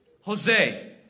jose